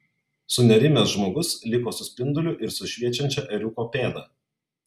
sunerimęs žmogus liko su spinduliu ir su šviečiančia ėriuko pėda